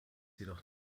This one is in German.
jedoch